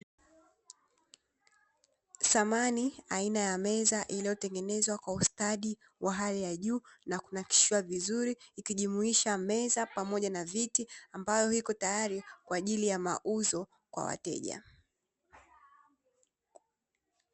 Thamani ya meza iliyotengenezwa kwa hali ya juu na kunaskhiwa vizuri, ikijumuisha meza pamoja na viti ambayo ipo tayari kwa ajili ya mauzo kwa wateja.